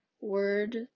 word